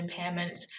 impairments